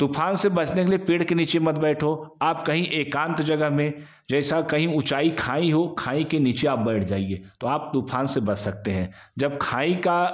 तूफ़ान से बचने के लिए पेड़ के नीचे मत बैठो आप कहीं एकांत जगह में जैसा कहीं ऊँचाई खाई हो खाई के नीचे आप बैठ जाइए तो आप तूफ़ान से बच सकते हैं जब खाई का